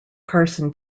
carson